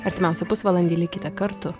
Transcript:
artimiausią pusvalandį likite kartu